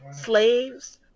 slaves